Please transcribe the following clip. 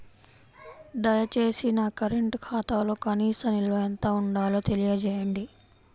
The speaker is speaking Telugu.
దయచేసి నా కరెంటు ఖాతాలో కనీస నిల్వ ఎంత ఉండాలో తెలియజేయండి